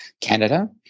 Canada